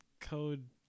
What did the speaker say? code